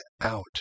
out